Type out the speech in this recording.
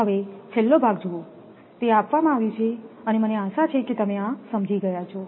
હવે છેલ્લો ભાગ જુઓ તે આપવામાં આવ્યું છે મને આશા છે કે તમે આ સમજી ગયા છો